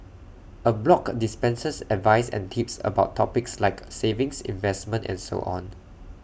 A blog dispenses advice and tips about topics like savings investment and so on